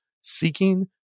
seeking